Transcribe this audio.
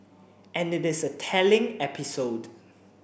and it is a telling episode